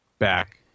back